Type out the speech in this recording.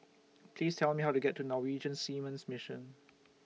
Please Tell Me How to get to Norwegian Seamen's Mission